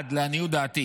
לעניות דעתי